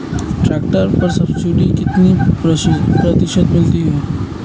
Tractor पर subsidy कितने प्रतिशत मिलती है?